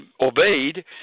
obeyed